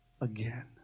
again